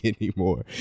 anymore